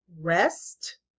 Rest